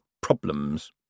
problems